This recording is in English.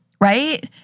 right